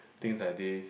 things like these